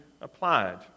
applied